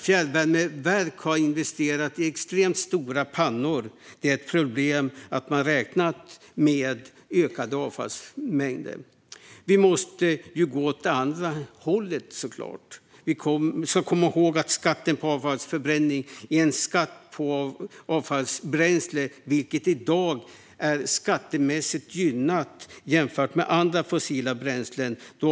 Fjärrvärmeverk har investerat i extremt stora pannor, och det är ett problem att man har räknat med ökade avfallsmängder. Vi måste såklart gå åt andra hållet. Vi ska komma ihåg att skatten på avfallsförbränning är en skatt på avfallsbränsle, vilket i dag är skattemässigt gynnat jämfört med andra fossila bränslen.